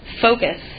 focus